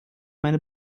meine